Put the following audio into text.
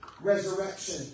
resurrection